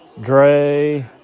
Dre